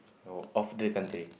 of the country